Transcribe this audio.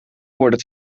worden